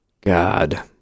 God